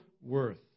worth